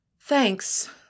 Thanks